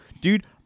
dude